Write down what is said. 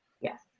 yes